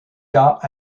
cas